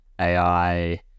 ai